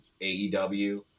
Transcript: AEW